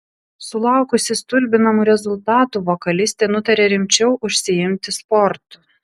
sulaukusi stulbinamų rezultatų vokalistė nutarė rimčiau užsiimti sportu